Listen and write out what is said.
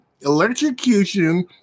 electrocution